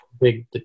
big